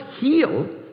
heal